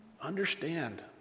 Understand